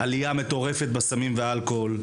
עלייה מטורפת בהיקף השימוש בסמים ובאלכוהול,